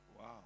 Wow